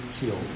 healed